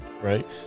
right